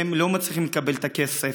הם לא מצליחים לקבל את הכסף.